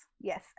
yes